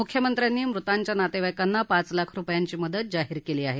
मुख्यमंत्र्यांनी मृतांच्या नातेवाईकांना पाच लाख रुपयांची मदत जाहीर केली आहे